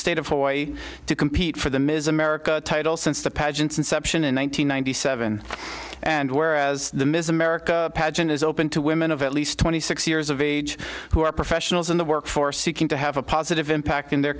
state of hawaii to compete for the ms america title since the pageant inception in one thousand nine hundred seven and where as the miss america pageant is open to women of at least twenty six years of age who are professionals in the workforce seeking to have a positive impact in their